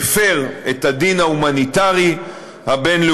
מפר את הדין ההומניטרי הבין-לאומי,